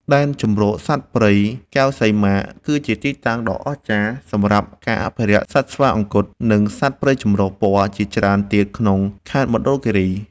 ដែនជម្រកសត្វព្រៃកែវសីមា គឺជាទីតាំងដ៏អស្ចារ្យសម្រាប់ការអភិរក្សសត្វស្វាអង្គត់ និងសត្វព្រៃចម្រុះពណ៌ជាច្រើនទៀតក្នុងខេត្តមណ្ឌលគិរី។